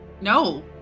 No